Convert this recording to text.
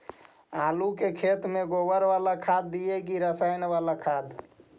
आलू के खेत में गोबर बाला खाद दियै की रसायन बाला खाद?